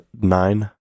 nine